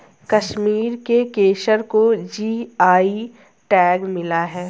कश्मीर के केसर को जी.आई टैग मिला है